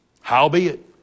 Howbeit